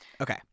Okay